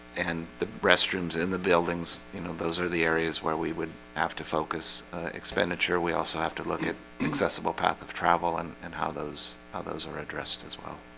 and the restrooms in the building's you know, those are the areas where we would have to focus expenditure we also have to look at accessible path of travel and and how those are those are addressed as well.